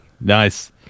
Nice